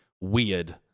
weird